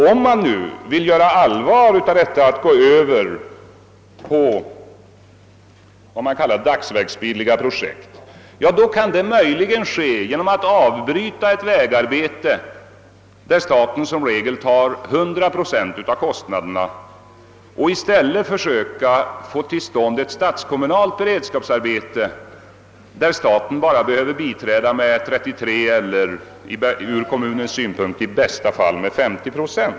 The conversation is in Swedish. Om man nu vill göra allvar av talet att gå över till vad man kallar dagsverksbilliga projekt, så kan man möjligen göra det genom att avbryta ett vägarbete där staten som regel bär 100 procent av kostnaderna och i stället försöka få till stånd ett statskommunalt beredskapsarbete där staten bara behöver bidra med 33 procent eller i bästa fall — sett ur kommunens synpunkt — med 50 procent.